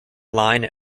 line